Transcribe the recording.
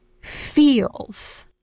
feels